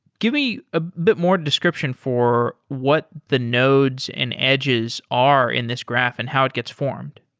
give me a bit more description for what the nodes and edges are in this graph and how it gets formed